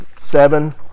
seven